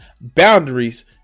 boundaries